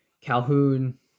Calhoun